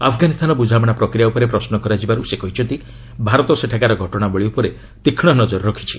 ଆଫ୍ଗାନିସ୍ତାନ ବୁଝାମଣା ପ୍ରକ୍ରିୟା ଉପରେ ପ୍ରଶ୍ୱ କରାଯିବାରୁ ସେ କହିଛନ୍ତି ଭାରତ ସେଠାକାର ଘଟଣାବଳୀ ଉପରେ ତୀକ୍ଷ ନଜର ରଖିଛି